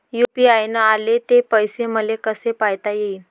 UPI न आले ते पैसे मले कसे पायता येईन?